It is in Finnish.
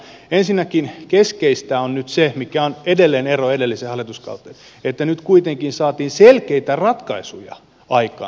ensinnäkin keskeistä on nyt se mikä on edelleen ero edelliseen hallituskauteen nähden että nyt kuitenkin saatiin selkeitä ratkaisuja aikaan työurien pidentämiseksi